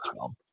film